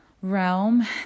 realm